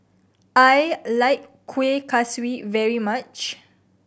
I like Kueh Kaswi very much